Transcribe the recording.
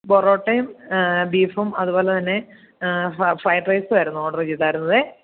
പൊറോട്ടയും ബീഫും അതുപോലെ തന്നെ ഫ്രൈഡ്ര് റൈസും ആയിരുന്നു ഓഡറ് ചെയ്തിരുന്നത്